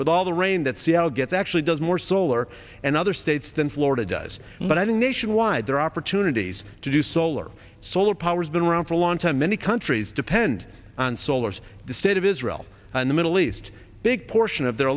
with all the rain that seattle gets actually does more solar and other states than florida does but i do nationwide there are opportunities to do solar solar power has been around for a long time many countries depend on solar's the state of israel and the middle east big portion of their